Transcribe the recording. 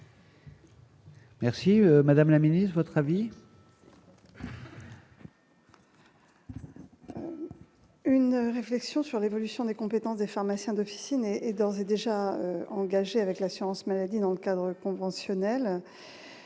Merci madame la Ministre votre avis. Une réflexion sur l'évolution des compétences des pharmaciens d'officine et est d'ores et déjà engagé avec l'assurance maladie dans le cadre conventionnel